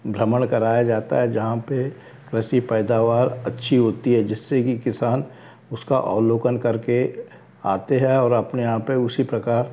भ्रमण कराया जाता है जहाँ पर कृषि पैदावार अच्छी होती है जिससे कि किसान उसका आलोकन करके आते हैं और अपने आप पर उसी प्रकार